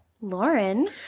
Lauren